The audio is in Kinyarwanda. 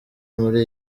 muri